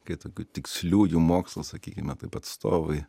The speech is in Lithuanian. kai tokių tiksliųjų mokslų sakykime taip atstovui